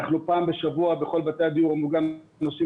אנחנו פעם בשבוע בכל בתי הדיור המוגן עושים